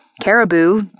caribou